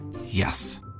Yes